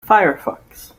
firefox